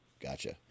Gotcha